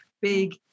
big